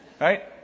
Right